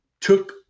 took